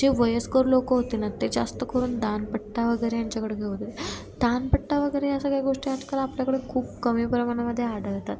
जे वयस्कर लोकं होते ना ते जास्त करून दांडपट्टा वगैरे यांच्याकडे घेऊ देत दांडपट्टा वगैरे या सगळ्या गोष्टी आजकाल आपल्याकडे खूप कमी प्रमाणामध्ये आढळतात